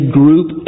group